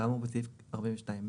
כאמור בסעיף 42(ב),